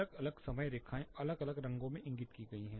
अलग अलग समय रेखाएं अलग अलग रंगों में इंगित की गई हैं